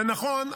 זה נכון.